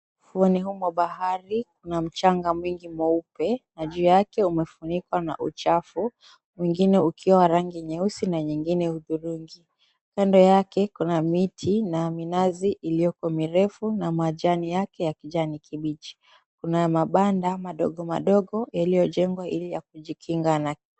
Ufuoni huo ni wa bahari, kuna mchanga mwingi mweupe na juu yake umefunikwa na uchafu. Mwingine ukiwa wa rangi nyeusi na nyingine hudhurungi. Kando yake kuna miti na minazi iliyoko mirefu na majani yake ya kijani kibichi. Kuna mabanda madogo madogo yaliyojengwa ili ya kujikinga na...